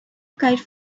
kite